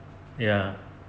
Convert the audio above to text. ya